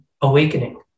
awakening